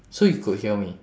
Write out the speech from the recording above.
so you could hear me